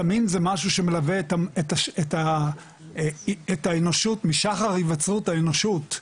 סמים זה משהו שמלווה את האנושות משחר היווצרות האנושות,